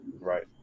right